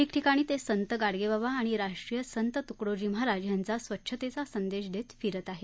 ठिकठिकाणी ते संत गाडोबाबा आणि राष्ट्रीय संत तुकडोजी महाराज यांचा स्वच्छतेचा संदेश देत फिरत आहेत